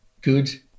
good